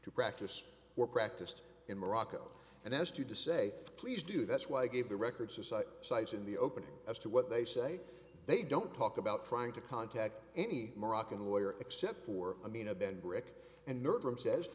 to practice or practiced in morocco and asked you to say please do that's why i gave the records a cite cites in the opening as to what they say they don't talk about trying to contact any moroccan lawyer except for i mean a then brick and nerd room says